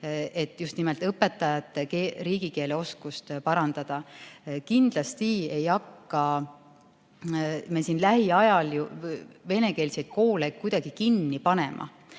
et just nimelt õpetajate riigikeeleoskust parandada. Kindlasti ei hakka me lähiajal venekeelseid koole kuidagi kinni panema.